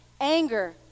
anger